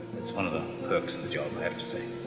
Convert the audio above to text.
it's one of the perks of the job, i have to say.